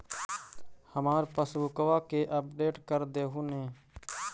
हमार पासबुकवा के अपडेट कर देहु ने?